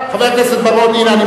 חבר הכנסת בר-און, רשות הדיבור לך.